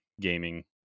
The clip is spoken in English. gaming